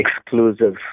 exclusive